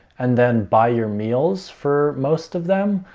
and then buy your meals for most of them.